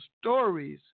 stories